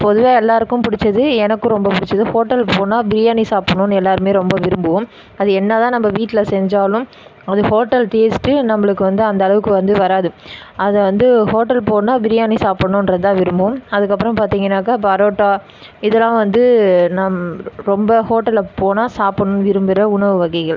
பொதுவாக எல்லாருக்கும் பிடிச்சது எனக்கும் ரொம்ப பிடிச்சது ஹோட்டலுக்கு போனால் பிரியாணி சாப்பிடணுன்னு எல்லாருமே ரொம்ப விரும்புவோம் அது என்ன தான் நம்ப வீட்டில் செஞ்சாலும் அது ஹோட்டல் டேஸ்ட்டு நம்பளுக்கு வந்து அந்தளவுக்கு வந்து வராது அதை வந்து ஹோட்டல் போனால் பிரியாணி சாப்பிட்ணுன்றது தான் விரும்புவோம் அதற்கப்பறம் பார்த்தீங்கனாக்கா பரோட்டா இதெல்லாம் வந்து நம் ரொம்ப ஹோட்டலில் போனால் சாப்பிட்ணுன்னு விரும்புகிற உணவு வகைகள்